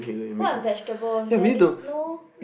what vegetables there is no